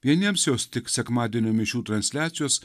vieniems jos tik sekmadienio mišių transliacijos